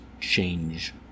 change